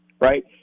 right